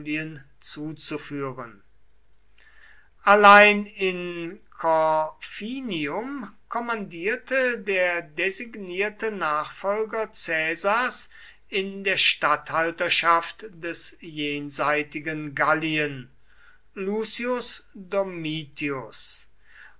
zuzuführen allein in corfinium kommandierte der designierte nachfolger caesars in der statthalterschaft des jenseitigen gallien lucius domitius